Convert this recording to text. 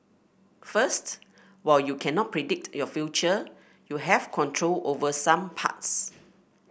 first while you cannot predict your future you have control over some parts